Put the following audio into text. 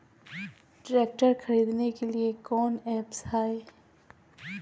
Tractor खरीदने के लिए कौन ऐप्स हाय?